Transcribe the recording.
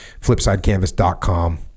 flipsidecanvas.com